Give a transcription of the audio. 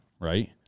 right